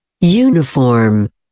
Uniform